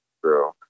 True